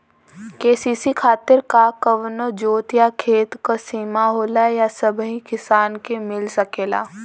KCC खातिर का कवनो जोत या खेत क सिमा होला या सबही किसान के मिल सकेला?